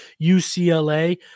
UCLA